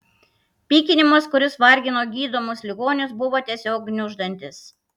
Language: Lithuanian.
pykinimas kuris vargino gydomus ligonius buvo tiesiog gniuždantis